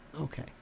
Okay